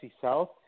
South